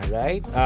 right